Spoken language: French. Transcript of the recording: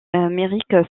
amérique